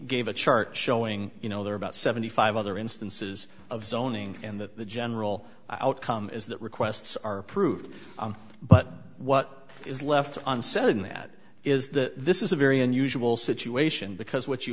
gave a chart showing you know there are about seventy five other instances of zoning in that the general outcome is that requests are approved but what is left unsaid in that is that this is a very unusual situation because what you